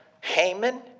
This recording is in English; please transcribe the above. Haman